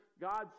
God's